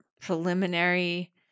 preliminary